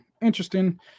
interesting